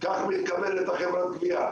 כך הוא יקבל את מכרז הגבייה.